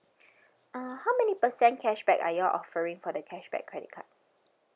uh how many percent cashback are you all offering for the cashback credit card